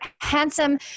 handsome